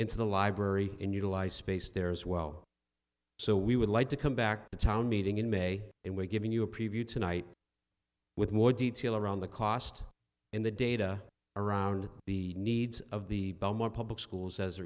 into the library and utilize space there as well so we would like to come back to town meeting in may and we're giving you a preview tonight with more detail around the cost and the data around the needs of the belmont public schools as